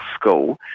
School